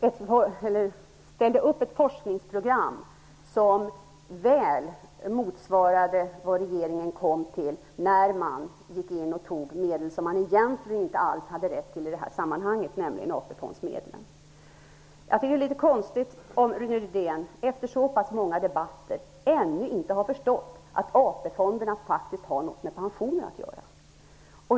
Vi föreslog ett forskningsprogram som väl motsvarade det som regeringen kom fram till, när man gick in och tog medel som man egentligen inte alls hade rätt till i detta sammanhang, nämligen AP Det är litet konstigt att Rune Rydén, efter så pass många debatter, ännu inte har förstått att AP fonderna faktiskt har något med pensioner att göra.